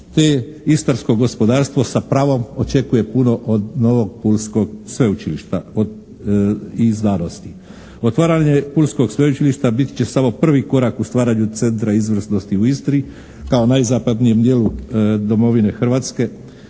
te istarsko gospodarstvo sa pravom očekuje puno od novog Pulskog sveučilišta i znanosti. Otvaranje Pulskog sveučilišta biti će samo prvi korak u stvaranju centra izvrsnosti u Istri kao najzapadnijem dijelu domovine Hrvatske.